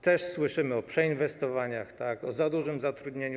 Też słyszymy o przeinwestowaniach, o za dużym zatrudnieniu.